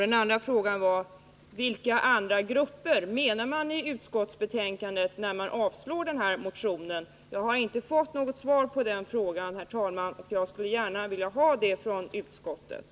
Den andra frågan var: Vilka ”andra grupper” syftar utskottet på i sitt betänkande när det avstyrker min motion? Jag har inte fått något svar på den frågan, herr talman, men jag är angelägen om att få det från utskottet.